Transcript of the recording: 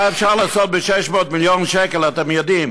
מה אפשר לעשות ב-600 מיליון שקל אתם יודעים: